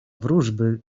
wróżby